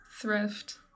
Thrift